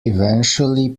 eventually